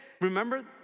Remember